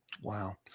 Wow